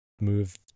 move